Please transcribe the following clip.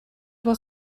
was